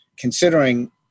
Considering